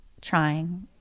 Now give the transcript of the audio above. trying